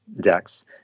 decks